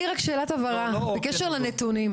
שאלת הבהרה, לא בטוח שהבנתי.